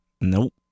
Nope